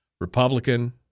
Republican